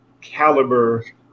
caliber